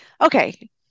okay